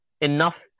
enough